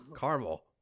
Caramel